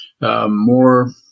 more